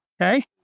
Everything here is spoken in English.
okay